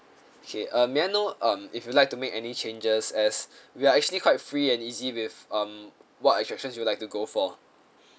okay uh may I know um if you like to make any changes as we are actually quite free and easy with um what attractions you would like to go for